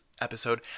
episode